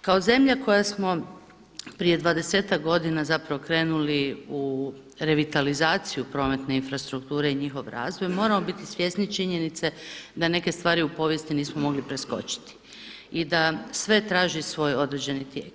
kao zemlja koja smo prije dvadesetak godina zapravo krenuli u revitalizaciju prometne infrastrukture i njihov razvoj moramo biti svjesni činjenice sa neke stvari u povijesti nismo mogli preskočiti i da sve traži svoj određeni tijek.